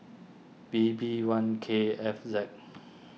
V B one K F Z